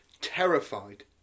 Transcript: Terrified